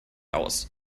aus